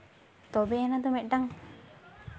ᱛᱚᱵᱮᱭᱟᱱᱟ ᱛᱚ ᱢᱤᱫᱴᱟᱱ